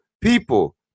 people